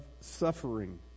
suffering